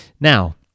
Now